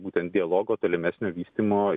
būtent dialogo tolimesnio vystymo